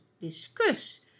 discuss